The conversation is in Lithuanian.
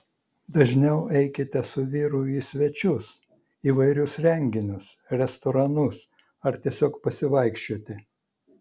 dažniau eikite su vyru į svečius įvairius renginius restoranus ar tiesiog pasivaikščioti